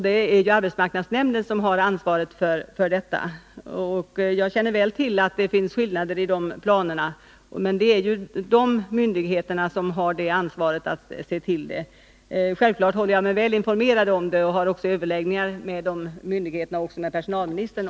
Det är arbetsmarknadsnämnden som har ansvaret för dessa. Jag känner väl till att det finns skillnader i jämställdhetsplanerna, men det är de myndigheter jag nämnt som har ansvaret i det sammanhanget. Självfallet håller jag mig väl informerad, och jag har också överläggningar om de här frågorna med de berörda myndigheterna och med personalministern.